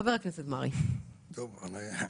חבר הכנסת מרעי, בבקשה.